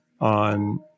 on